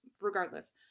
regardless